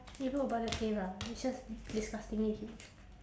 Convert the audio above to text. you know about the it's just disgustingly huge